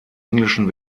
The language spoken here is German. englischen